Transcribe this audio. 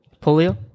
Polio